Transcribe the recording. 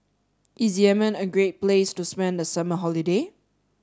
is Yemen a great place to spend the summer holiday